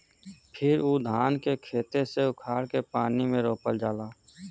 फिर उ धान के खेते से उखाड़ के पानी में रोपल जाला